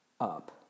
up